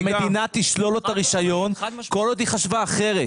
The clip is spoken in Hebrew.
המדינה תשלול לו את הרישיון כל עוד היא חשבה אחרת.